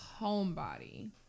homebody